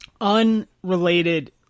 unrelated